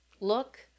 look